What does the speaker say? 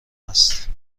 است